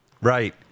right